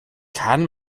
kann